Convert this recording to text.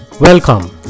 Welcome